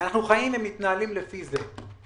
אנחנו חיים ומתנהלים לפי זה.